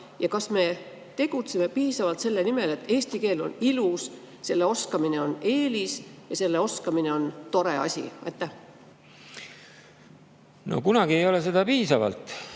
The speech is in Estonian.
Kas me tegutseme piisavalt selle nimel, et eesti keel on ilus, selle oskamine on eelis ja selle oskamine on tore asi? Kunagi ei ole seda piisavalt.